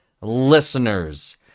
listeners